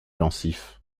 pensif